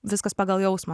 viskas pagal jausmą